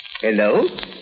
Hello